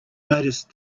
noticed